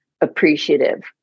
appreciative